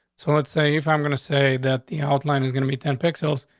so let's say if i'm going to say that the outline is gonna be ten pixels,